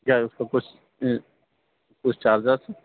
کیا اُس کو کچھ کچھ چارجیز ہیں